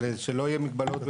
אבל שלא יהיה מגבלות,